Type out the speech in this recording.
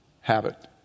habit